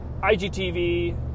IGTV